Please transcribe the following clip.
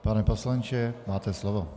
Pane poslanče, máte slovo.